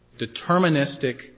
deterministic